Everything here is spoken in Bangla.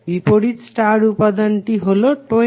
বিপরীত স্টার উপাদানটি হলো 20